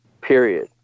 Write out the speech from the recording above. period